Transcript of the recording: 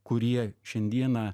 kurie šiandieną